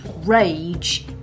rage